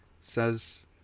Says